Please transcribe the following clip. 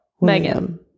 Megan